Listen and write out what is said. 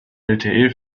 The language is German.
lte